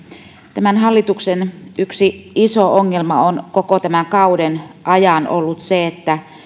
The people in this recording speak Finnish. tämän hallituksen yksi iso ongelma on koko tämän kauden ajan ollut se että